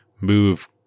move